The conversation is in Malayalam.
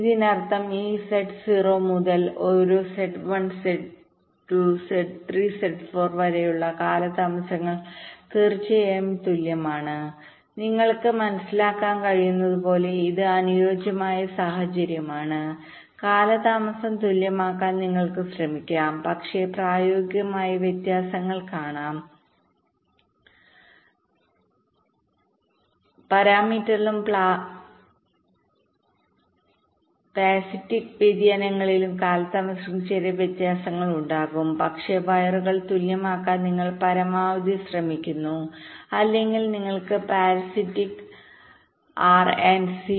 ഇതിനർത്ഥം ഈ S0 മുതൽ ഓരോ S1 S2 S3 S4 വരെയുള്ള കാലതാമസങ്ങൾ തീർച്ചയായും തുല്യമാണ് നിങ്ങൾക്ക് മനസ്സിലാക്കാൻ കഴിയുന്നതുപോലെ ഇത് ഒരു അനുയോജ്യമായ സാഹചര്യമാണ് കാലതാമസം തുല്യമാക്കാൻ നിങ്ങൾക്ക് ശ്രമിക്കാം പക്ഷേ പ്രായോഗികമായി വ്യത്യാസങ്ങൾ കാരണം പരാമീറ്ററിലും പാസിറ്റിക് വ്യതിയാനങ്ങളിലും കാലതാമസത്തിൽ ചെറിയ വ്യത്യാസങ്ങൾ ഉണ്ടാകും പക്ഷേ വയറുകൾ തുല്യമാക്കാൻ നിങ്ങൾ പരമാവധി ശ്രമിക്കുന്നു അല്ലെങ്കിൽ നിങ്ങൾക്ക് parasitics parasitics the R and C